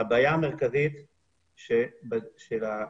- בגלל שזאת אחריות של ניהול המערכת לגבי אמינות